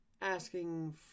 asking